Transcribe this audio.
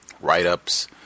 write-ups